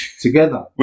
Together